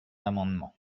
amendement